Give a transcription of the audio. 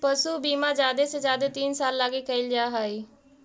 पशु बीमा जादे से जादे तीन साल लागी कयल जा हई